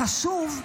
החשוב,